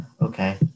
Okay